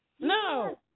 No